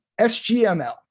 SGML